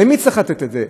למי צריך לתת את זה,